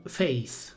faith